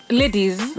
ladies